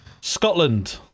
Scotland